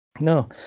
no